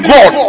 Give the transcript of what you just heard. God